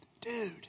Dude